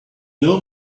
know